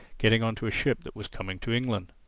getting on to a ship that was coming to england.